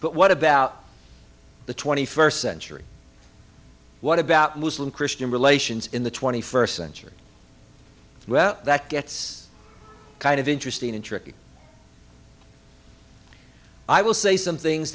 but what about the twenty first century what about muslim christian relations in the twenty first century well that gets kind of interesting and tricky i will say some things